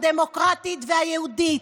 הדמוקרטית והיהודית.